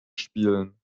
spielen